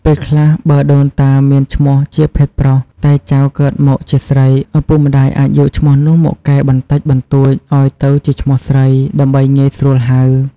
ពេលខ្លះ បើដូនតាមានឈ្មោះជាភេទប្រុស តែចៅកើតមកជាស្រី ឪពុកម្តាយអាចយកឈ្មោះនោះមកកែបន្តិចបន្តួចឱ្យទៅជាឈ្មោះស្រី ដើម្បីងាយស្រួលហៅ។